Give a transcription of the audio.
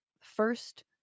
first